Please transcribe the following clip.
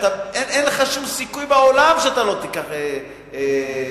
אין לך שום סיכוי בעולם שלא תיקח את